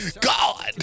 God